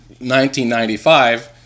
1995